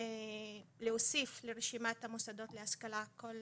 להוסיף לרשימת המוסדות להשכלה כל מוסד.